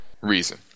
reason